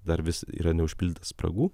dar vis yra neužpildyta spragų